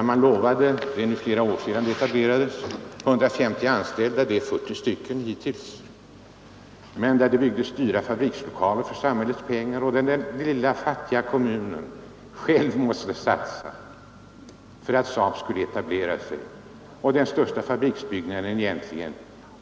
Man lovade där — det är flera år sedan etableringen gjordes — 150 anställda, och det är 40 hittills. Men det byggdes dyra fabrikslokaler för samhällets pengar, och den lilla fattiga kommunen måste själv satsa för att SAAB skulle etablera sig. Den största fabriksbyggnaden